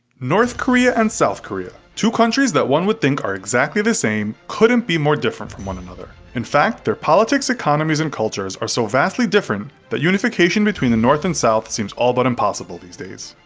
north korea and south korea, two countries that one would think are exactly the same, couldn't be more different from one another. in fact, their politics, economies, and cultures are so vastly different, that unification between the north and south seems all but impossible these days.